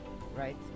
right